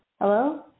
Hello